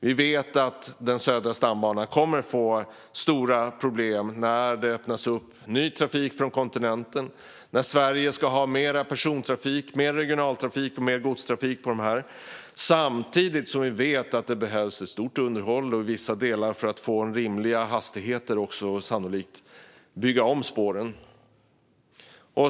Vi vet att den södra stambanan kommer att få stora problem när det öppnas upp för ny trafik från kontinenten och när Sverige ska ha mer persontrafik, mer regionaltrafik och mer godstrafik. Samtidigt vet vi att det behövs ett stort underhåll i vissa delar för att få rimliga hastigheter, och man behöver sannolikt bygga om spåren.